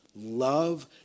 love